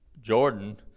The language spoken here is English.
Jordan